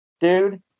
Dude